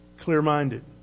clear-minded